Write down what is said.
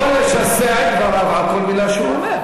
אתה לא יכול לשסע את דבריו על כל מילה שהוא אומר,